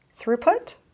throughput